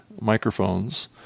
microphones